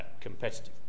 competitive